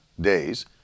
days